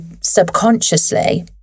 subconsciously